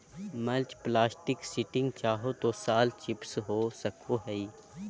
mulch plastic sheeting चाहे तो छाल चिप्स हो सको हइ